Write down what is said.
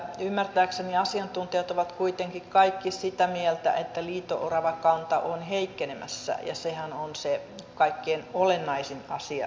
ymmärtääkseni asiantuntijat ovat kuitenkin kaikki sitä mieltä että liito oravakanta on heikkenemässä ja sehän on se kaikkein olennaisin asia tietää